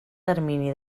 termini